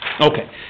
Okay